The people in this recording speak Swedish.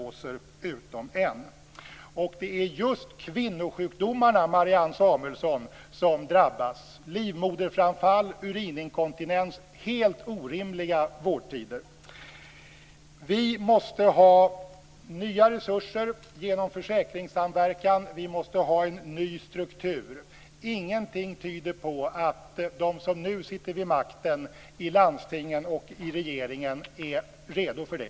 Det är just kvinnosjukdomarna, Marianne Samuelsson, som drabbas - livmoderframfall och urininkontinens har helt orimliga vårdtider. Vi måste ha nya resurser genom försäkringssamverkan. Vi måste ha en ny struktur. Ingenting tyder på att de som nu sitter vid makten i landstingen och i regeringen är redo för det.